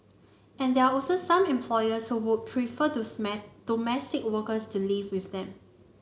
and there are also some employers who would prefer domestic workers to live with them